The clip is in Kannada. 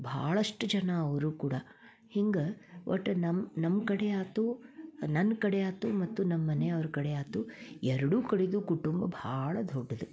ಬಹಳಷ್ಟು ಜನ ಅವರು ಕೂಡ ಹಿಂಗೆ ಒಟ್ಟು ನಮ್ಮ ನಮ್ಮ ಕಡೆ ಆಯ್ತು ನನ್ನ ಕಡೆ ಆಯ್ತು ಮತ್ತು ನಮ್ಮ ಮನೆಯವ್ರ ಕಡೆ ಆಯ್ತು ಎರಡೂ ಕಡೆದು ಕುಟುಂಬ ಬಹಳ ದೊಡ್ಡದು